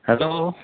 hello